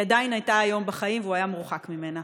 היא עדיין הייתה היום בחיים והוא היה מורחק ממנה.